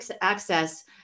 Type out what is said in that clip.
access